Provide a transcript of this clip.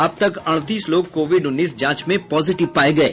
अब तक अड़तीस लोग कोविड उन्नीस जांच में पॉजिटिव पाये गये